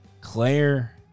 Claire